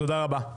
תודה רבה.